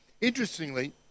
Interestingly